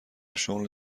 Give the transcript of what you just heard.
شغل